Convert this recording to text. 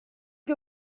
che